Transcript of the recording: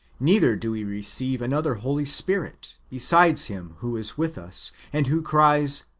neither do we receive another holy spirit, besides him who is with us, and who cries,